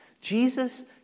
Jesus